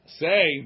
say